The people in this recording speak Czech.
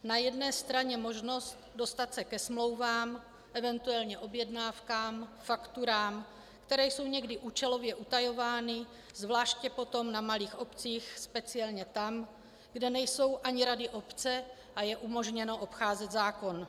Na jedné straně možnost dostat se ke smlouvám, eventuálně objednávkám, fakturám, které jsou někdy účelově utajovány, zvláště potom na malých obcích, speciálně tam, kde nejsou ani rady obce a je umožněno obcházet zákon.